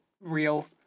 real